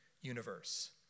universe